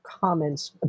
comments